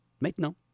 maintenant